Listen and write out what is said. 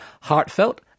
heartfelt